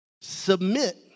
Submit